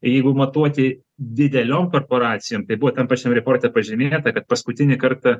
jeigu matuoti dideliom korporacijom tai buvo tam pačiam reporte pažymėta kad paskutinį kartą